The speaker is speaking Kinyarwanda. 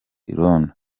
irondo